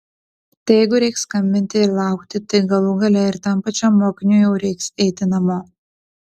tai jeigu reikės skambinti ir laukti tai galų gale ir tam pačiam mokiniui jau reiks eiti namo